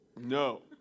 no